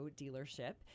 dealership